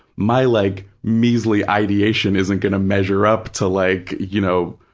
my like measly ideation isn't going to measure up to like, you know,